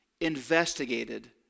investigated